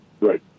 Right